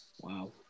Wow